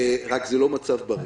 רק זה לא מצב בריא.